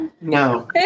No